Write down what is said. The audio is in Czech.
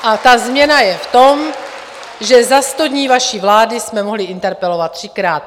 A ta změna je v tom, že za sto dní vaší vlády jsme mohli interpelovat třikrát.